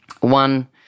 One